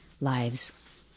lives